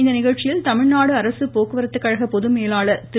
இந்நிகழ்ச்சியில் தமிழ்நாடு அரசு போக்குவரத்துக்கழக பொதுமேலாளர் திரு